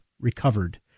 recovered